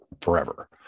forever